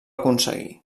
aconseguir